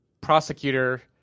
prosecutor